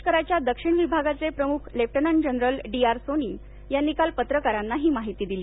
लष्कराच्या दक्षिण विभागाचे प्रमुख lieutenant general D R Soni यांनी काल पत्रकारांना ही माहिती दिली